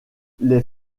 les